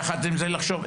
יחד עם זה לחשוב,